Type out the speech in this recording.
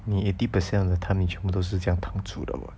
你 eighty per cent of the time 你全部都是这样躺住的 [what]